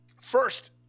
First